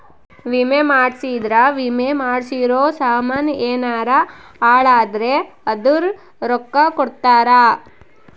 ವಿಮೆ ಮಾಡ್ಸಿದ್ರ ವಿಮೆ ಮಾಡ್ಸಿರೋ ಸಾಮನ್ ಯೆನರ ಹಾಳಾದ್ರೆ ಅದುರ್ ರೊಕ್ಕ ಕೊಡ್ತಾರ